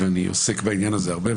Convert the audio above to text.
ואני עוסק בעניין הזה הרבה,